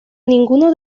ninguno